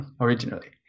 originally